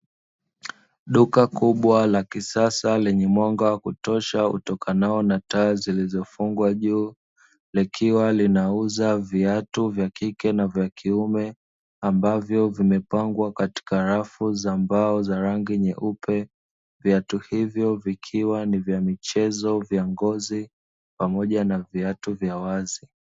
Duka kubwa la kisasa lenye mwanga wa kutosha utokanao na taa zilizofungwa juu ikiwa linauza viatu vya kiume na vya kike ambavyo vimepangwa kwenye rafu za mbao za rangi nyeupe, viatu hivyo vikiwa ni vya michezo, vya ngozi pamoja na viatu vya wazi.